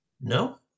No